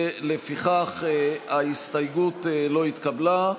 לפיכך ההסתייגות לא התקבלה.